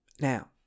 now